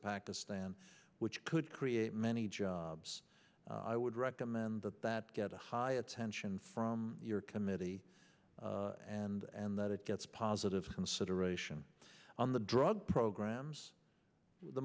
pakistan which could create many jobs i would recommend that that get a high attention from your committee and that it gets positive a ration on the drug programs the